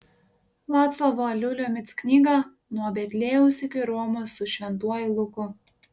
vaclovo aliulio mic knygą nuo betliejaus iki romos su šventuoju luku